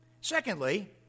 Secondly